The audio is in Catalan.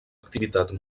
activitat